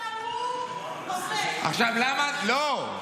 וסרלאוף --- לא,